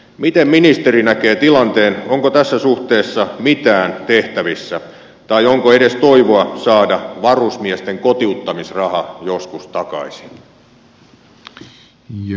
miten ministeri näkee tilanteen onko tässä suhteessa mitään tehtävissä tai onko edes toivoa saada varusmiesten kotiuttamisraha joskus takaisin